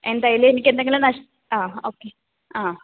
എന്തായാലും എനിക്ക് എന്തെങ്കിലും ആ ഓക്കെ ആ